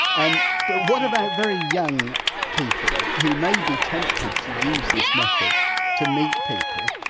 um but what about very young people who may be tempted to use this method to meet people,